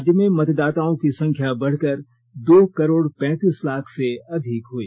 राज्य में मतदाताओं की संख्या बढ़कर लगभग दो करोड़ पैंतीस लाख से अधिक हुई